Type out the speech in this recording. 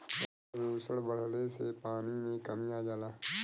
प्रदुषण बढ़ले से पानी में कमी आ जाला